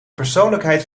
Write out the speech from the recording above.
persoonlijkheid